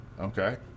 okay